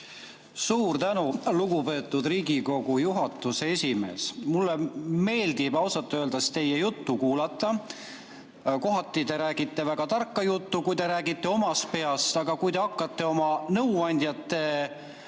Suur tänu, lugupeetud Riigikogu juhatuse esimees! Mulle meeldib ausalt öeldes teie juttu kuulata. Kohati te räägite väga tarka juttu, kui te räägite omast peast, aga kui te hakkate oma nõuandjate